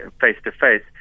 face-to-face